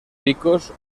picos